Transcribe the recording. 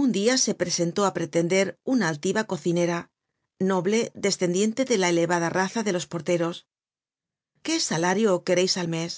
un dia se presentó á pretender una altiva cocinera noble descendiente de la elevada raza de los porteros qué salario quereis al mes